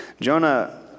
Jonah